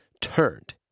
turned